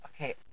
Okay